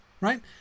Right